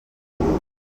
fulleda